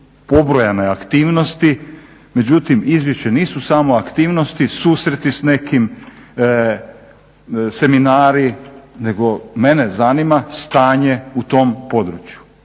pobrojane aktivnosti. Međutim izvješće nisu samo aktivnosti, susreti s nekim, seminari nego mene zanima stanje u tom području,